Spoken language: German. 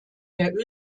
der